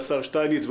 והשר שטייניץ,